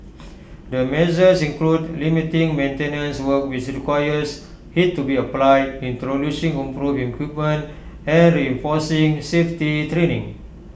the measures include limiting maintenance work which requires heat to be applied introducing improving equipment and reinforcing safety training